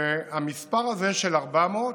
והמספר הזה, 400,